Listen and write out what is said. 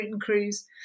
cruise